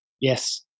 Yes